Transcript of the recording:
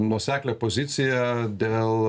nuoseklią poziciją dėl